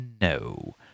no